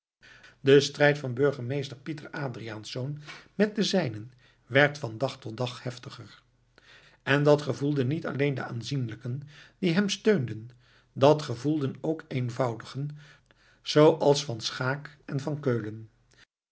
de strijd van burgemeester pieter adriaensz met de zijnen werd van dag tot dag heftiger en dat gevoelden niet alleen de aanzienlijken die hem steunden dat gevoelden ook eenvoudigen zooals van schaeck en van keulen